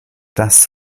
das